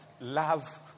Love